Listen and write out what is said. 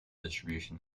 distribution